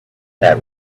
that